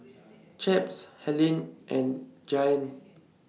Chaps Helen and Giant